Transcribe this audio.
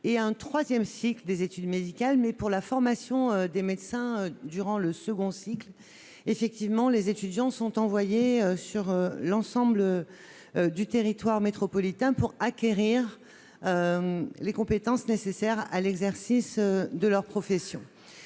et un 3ème cycle des études médicales mais pour la formation des médecins durant le second cycle, effectivement, les étudiants sont envoyés sur l'ensemble du territoire métropolitain pour acquérir les compétences nécessaires à l'exercice de leur profession,